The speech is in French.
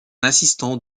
assistant